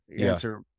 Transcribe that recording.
answer